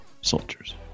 soldiers